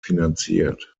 finanziert